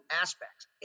aspects